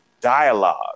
dialogue